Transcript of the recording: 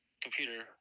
computer